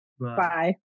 Bye